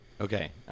okay